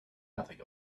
nothing